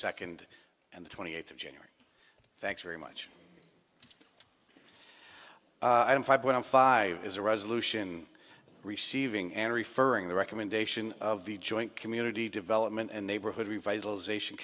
second and the twenty eighth of january thanks very much i am five point five is a resolution receiving and referring the recommendation of the joint community development and neighborhood revitalization